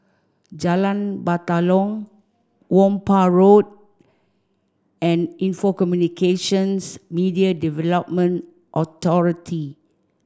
Jalan Batalong Whampoa Road and Info Communications Media Development Authority